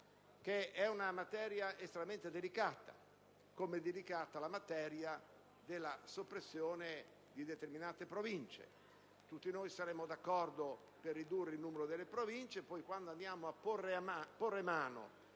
è materia estremamente delicata, come è delicata la materia della soppressione di determinate Province. Tutti noi saremmo d'accordo per ridurre il numero delle Province; però, quando andiamo a porre mano